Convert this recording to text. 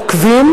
עוקבים,